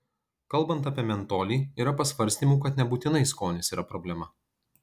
kalbant apie mentolį yra pasvarstymų kad nebūtinai skonis yra problema